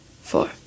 Four